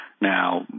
Now